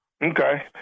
Okay